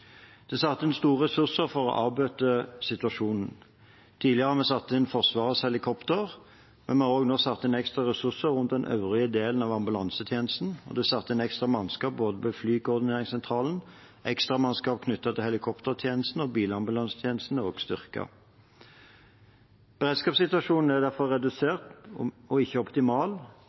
er satt inn store ressurser for å avbøte situasjonen. Tidligere har vi satt inn Forsvarets helikopter, men vi har også nå satt inn ekstra ressurser rundt den øvrige delen av ambulansetjenesten. Det er satt inn ekstra mannskap ved Flykoordineringssentralen og ekstra mannskap knyttet til helikoptertjenesten, og bilambulansetjenesten er også styrket. Beredskapssituasjonen er derfor redusert og ikke optimal,